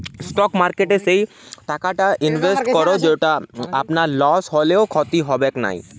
stock মার্কেটে সেই টাকাটা ইনভেস্ট করো যেটো আপনার লস হলেও ক্ষতি হবেক নাই